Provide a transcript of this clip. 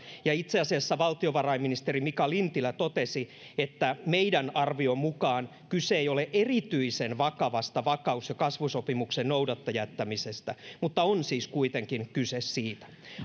ja itse asiassa valtiovarainministeri mika lintilä totesi että meidän arviomme mukaan kyse ei ole erityisen vakavasta vakaus ja kasvusopimuksen noudattamatta jättämisestä mutta on siis kuitenkin kyse siitä